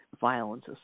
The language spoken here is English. violence